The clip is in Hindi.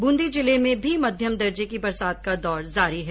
बूंदी जिले में भी मध्यम दर्जे की बरसात का दौर जारी है